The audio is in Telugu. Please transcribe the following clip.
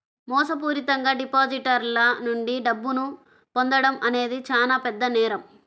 మోసపూరితంగా డిపాజిటర్ల నుండి డబ్బును పొందడం అనేది చానా పెద్ద నేరం